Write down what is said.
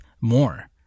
more